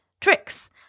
tricks